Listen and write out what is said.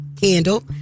candle